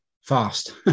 fast